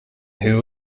who